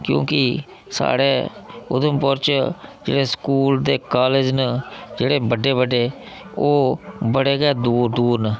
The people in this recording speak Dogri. की जे साढ़े उधमपुर च जेह्ड़े स्कूल ते कॉलेज न जेह्ड़े बड्डे बड्डे ओह् बड़े गै दूर दूर न